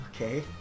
Okay